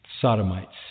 sodomites